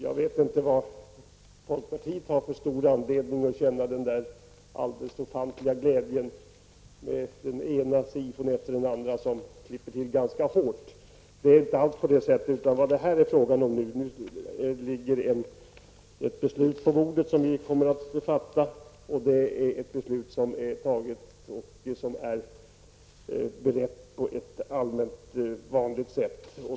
Jag vet inte vilken anledning folkpartiet har att känna någon ofantlig glädje med den ena SIFO undersökningen efter den andra som klipper till ganska hårt. Vad det här är fråga om är ett beslut som vi kommer att fatta, ett beslut som är berett på vanligt sätt.